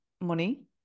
money